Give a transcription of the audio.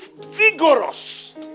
vigorous